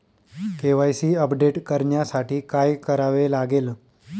KYC update करण्यासाठी काय करावे लागेल?